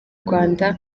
rwanda